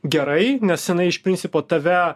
gerai nes jinai iš principo tave